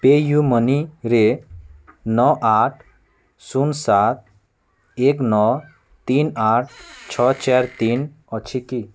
ପେୟୁମନିରେ ନଅ ଆଠ ଶୂନ ସାତ ଏକ ନଅ ତିନ ଆଠ ଛଅ ଚାରି ତିନ ଅଛି କି